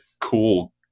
cool